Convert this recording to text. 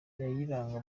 kayiranga